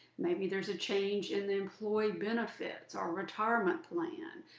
maybe there's a change in the employee benefits or retirement plan,